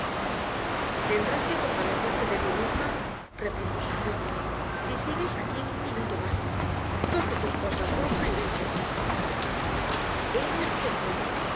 tendrás que compadecerte de ti misma replicó su suegro si sigues aquí un minuto más coge tus cosas bruja y vente ella se fue